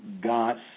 God's